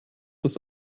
das